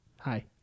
Hi